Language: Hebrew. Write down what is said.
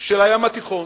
של הים התיכון.